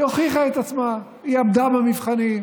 היא הוכיחה את עצמה, היא עמדה במבחנים,